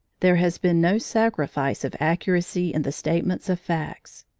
there has been no sacrifice of accuracy in the statements of fact.